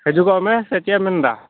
ᱦᱟᱹᱡᱩᱜᱚᱜ ᱢᱮ ᱥᱮ ᱪᱮᱫ ᱮᱢ ᱢᱮᱱᱮᱫᱟ